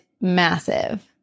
massive